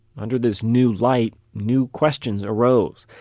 under this new light, new questions arose.